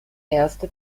erste